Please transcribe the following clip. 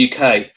UK